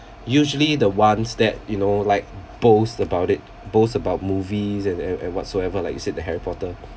usually the ones that you know like boast about it boast about movies and and and whatsoever like you said the harry potter